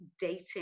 dating